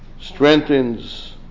strengthens